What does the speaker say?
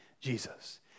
Jesus